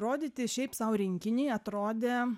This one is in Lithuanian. rodyti šiaip sau rinkinį atrodė